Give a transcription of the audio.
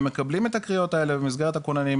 הם מקבלים את הקריאות האלה במסגרת הכוננים,